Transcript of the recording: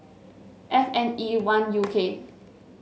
F N E one U K